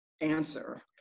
answer